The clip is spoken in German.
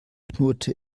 knurrte